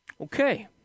Okay